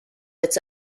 its